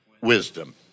wisdom